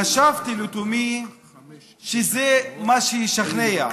חשבתי לתומי שזה מה שישכנע,